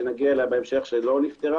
שלא נפתרה,